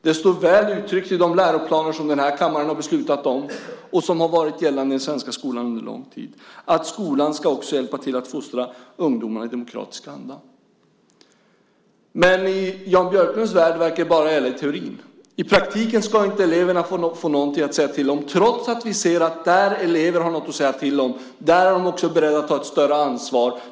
Det står väl uttryckt i de läroplaner som den här kammaren har beslutat om och som har varit gällande i den svenska skolan under lång tid att skolan också ska hjälpa till att fostra ungdomarna i demokratisk anda. Men i Jan Björklunds värld verkar det bara gälla i teorin. I praktiken ska inte eleverna få någonting att säga till om, trots att vi ser att där elever har något att säga till om, där är de också beredda att ta ett större ansvar.